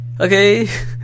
Okay